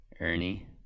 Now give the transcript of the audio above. Ernie